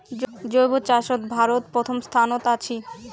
জৈব চাষত ভারত প্রথম স্থানত আছি